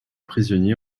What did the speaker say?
prisonnier